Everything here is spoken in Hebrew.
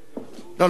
לא,